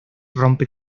rompe